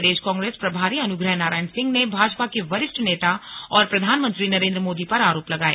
प्रदेश कांग्रेस प्रभारी अनुग्रह नारायण सिंह ने भाजपा के वरिष्ठ नेता और प्रधानमंत्री नरेंद्र मोदी पर आरोप लगाए